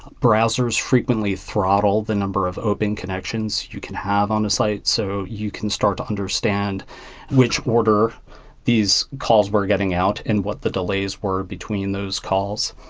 browsers frequently throttle the number of open connections you can have on a site. so you can start to understand which order these calls were getting out and what the delays were between those calls.